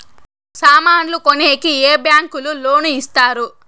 సామాన్లు కొనేకి ఏ బ్యాంకులు లోను ఇస్తారు?